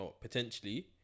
potentially